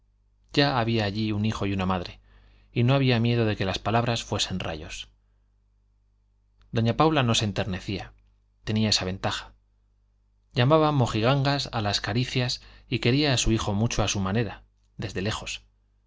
ya había allí un hijo y una madre y no había miedo de que las palabras fuesen rayos doña paula no se enternecía tenía esa ventaja llamaba mojigangas a las caricias y quería a su hijo mucho a su manera desde lejos